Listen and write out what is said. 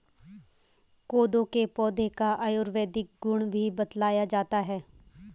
कोदो के पौधे का आयुर्वेदिक गुण भी बतलाया जाता है